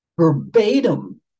verbatim